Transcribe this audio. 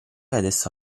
adesso